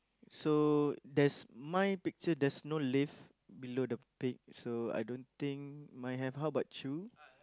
so there's my picture there's no leaf below the pig so I don't think mine have how about you